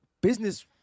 business